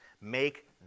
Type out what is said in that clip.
Make